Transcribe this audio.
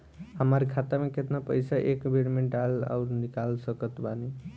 हमार खाता मे केतना पईसा एक बेर मे डाल आऊर निकाल सकत बानी?